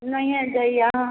नहिए दैए